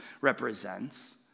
represents